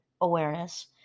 awareness